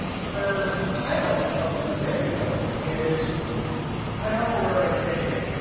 her title of the video is i dont know where i fit in.